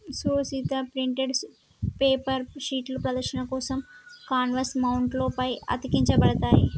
సూడు Sita printed paper షీట్లు ప్రదర్శన కోసం కాన్వాస్ మౌంట్ల పై అతికించబడతాయి